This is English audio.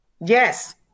Yes